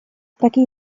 такие